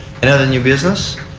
and other new business?